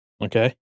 okay